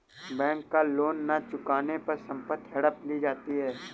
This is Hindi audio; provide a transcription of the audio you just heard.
बैंक का लोन न चुकाने पर संपत्ति हड़प ली जाती है